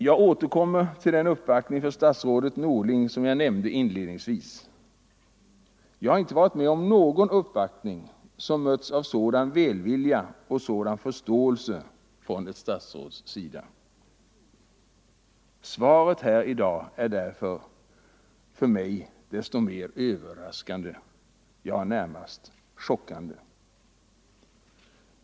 Jag återkommer till den uppvaktning för herr statsrådet Norling som jag nämnde inledningsvis. Jag har inte varit med om någon uppvaktning som mötts av sådan välvilja och förståelse från ett statsråds sida. Svaret i dag är därför för mig desto mer överraskande — ja, närmast chockande.